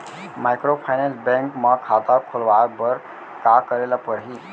Microfinance bank म खाता खोलवाय बर का करे ल परही?